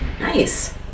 Nice